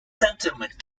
sentiment